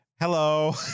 hello